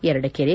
Yaradakere